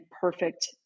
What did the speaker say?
perfect